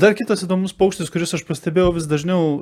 dar kitas įdomus paukštis kuris aš pastebėjau vis dažniau